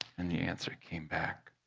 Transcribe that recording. and the answer came back,